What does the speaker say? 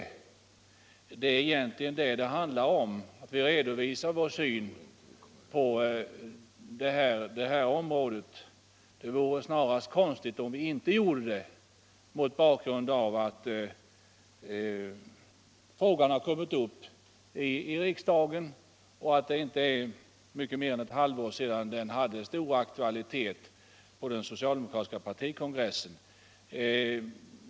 Debatten ger oss ju tillfälle att redovisa vår syn på denna fråga, och då vore det snarast konstigt om vi inte gjorde det, särskilt mot bakgrunden av att frågan har kommit upp i riksdagen och att det inte är mycket mer än ett halvt år sedan den hade stor aktualitet på den socialdemokratiska partikongressen.